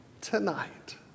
tonight